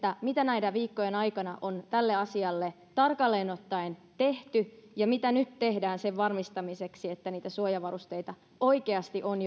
mitä näiden viikkojen aikana on tälle asialle tarkalleen ottaen tehty ja mitä nyt tehdään sen varmistamiseksi että niitä suojavarusteita oikeasti on